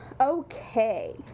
Okay